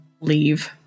leave